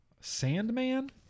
Sandman